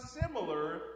similar